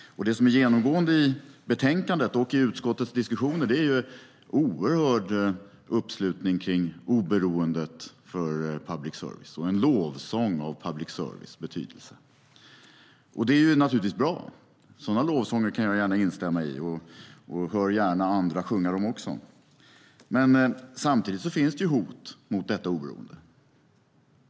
Det som är genomgående i betänkandet och i utskottets diskussioner är en oerhörd uppslutning kring oberoendet för public service och en lovsång av public services betydelse, och det är naturligtvis bra. Sådana lovsånger kan jag gärna instämma i, och jag hör gärna andra sjunga dem också. Samtidigt finns det hot mot detta oberoende.